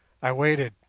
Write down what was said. i waited,